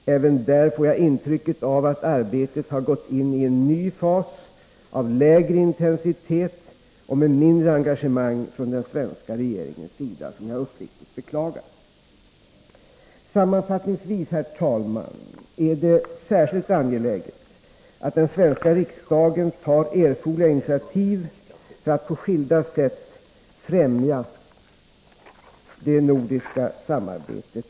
Även där får jag intrycket att arbetet har gått in i en ny fas, av lägre intensitet och ett mindre engagemang från den svenska regeringens sida, vilket jag uppriktigt beklagar. Herr talman! Sammanfattningsvis vill jag säga att det är särskilt angeläget att den svenska riksdagen tar erforderliga initiativ för att på skilda sätt främja det nordiska samarbetet.